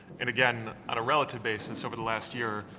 and again, on a relative basis over the last year,